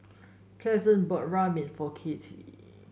pleasant bought Ramen for Kathie